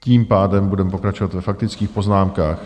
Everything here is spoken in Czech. Tím pádem budeme pokračovat ve faktických poznámkách.